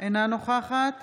אינה נוכחת